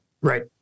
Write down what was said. right